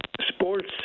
sports